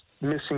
missing